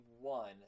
one